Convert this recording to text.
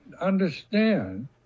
understand